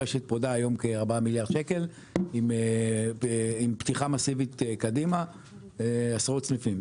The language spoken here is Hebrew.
הרשת פודה היום כ-4 מיליארד שקל עם פתיחה מסיבית קדימה עשרות סניפים.